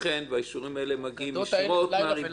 והם מגיעים ישירות מהריבון.